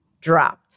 Dropped